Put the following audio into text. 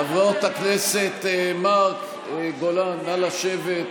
חברות הכנסת מארק וגולן, נא לשבת.